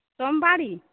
सोमबारी